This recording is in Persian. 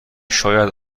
شاید